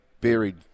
buried